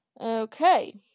Okay